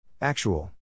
Actual